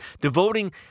devoting